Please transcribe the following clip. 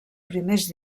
primers